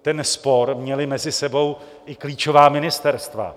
Ten spor měla mezi sebou i klíčová ministerstva.